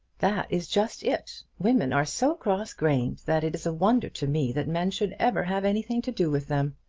that is just it. women are so cross-grained that it is a wonder to me that men should ever have anything to do with them.